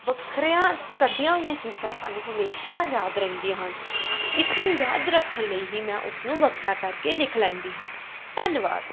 ਵੱਖਰਿਆ ਕੱਢੀਆਂ ਹੋਈਆਂ ਚੀਜ਼ਾਂ ਸਾਨੂੰ ਹਮੇਸ਼ਾ ਯਾਦ ਰਹਿੰਦੀਆਂ ਹਨ ਅਤੇ ਇਸ ਨੂੰ ਯਾਦ ਰੱਖਣ ਲਈ ਹੀ ਮੈਂ ਉਸਨੂੰ ਵੱਖਰਾ ਕਰਕੇ ਲਿਖ ਲੈਂਦੀ ਹਾਂ ਧੰਨਵਾਦ